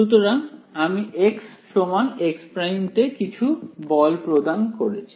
সুতরাং আমি xx' তে কিছু বল প্রদান করেছি